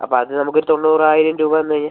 അപ്പം അത് നമുക്കൊരു തൊണ്ണൂറായിരം രൂപ തന്ന് കഴിഞ്ഞാൽ